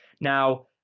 Now